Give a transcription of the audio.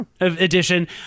edition